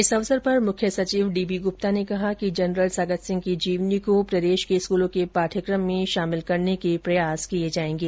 इस अवसर पर मुख्य सचिव डीबी गुप्ता ने कहा कि जनरल सगत सिंह की जीवनी को प्रदेश के स्कूलों के पाठ्यक्रम में शामिल करने के प्रयास किए जाएंगे